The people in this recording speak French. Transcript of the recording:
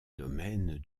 domaine